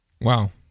Wow